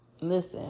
Listen